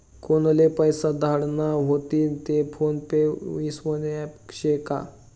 कोनले पैसा धाडना व्हतीन ते फोन पे ईस्वासनं ॲप शे का?